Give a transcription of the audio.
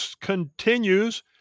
continues